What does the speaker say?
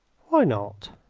why not?